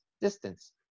distance